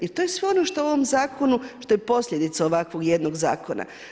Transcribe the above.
Jer to je sve što u ovom zakonu što je posljedica ovakvog jednog zakona.